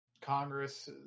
Congress